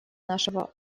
нашего